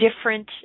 different